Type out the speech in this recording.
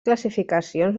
classificacions